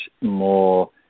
more